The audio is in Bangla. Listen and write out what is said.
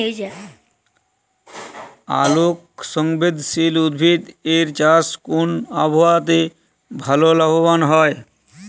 আলোক সংবেদশীল উদ্ভিদ এর চাষ কোন আবহাওয়াতে ভাল লাভবান হয়?